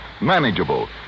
manageable